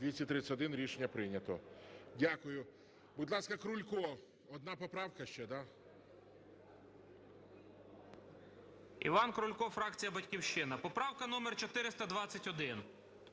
За-231 Рішення прийнято. Дякую. Будь ласка, Крулько. Одна поправка ще, да?